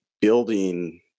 building